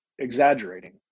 exaggerating